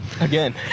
Again